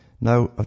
Now